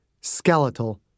skeletal